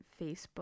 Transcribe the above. Facebook